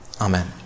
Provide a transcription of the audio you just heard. amen